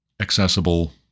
accessible